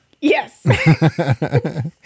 yes